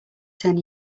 ten